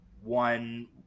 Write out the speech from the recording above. One